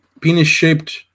Penis-shaped